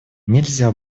нельзя